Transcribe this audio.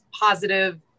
positive